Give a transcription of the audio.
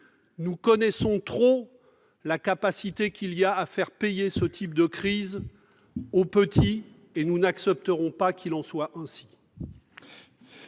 Nous connaissons trop bien la tentation qui consiste à faire payer ce type de crise aux petits, et nous n'accepterons pas qu'il en soit ainsi